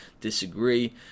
disagree